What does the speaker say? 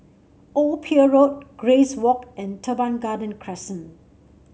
Old Pier Road Grace Walk and Teban Garden Crescent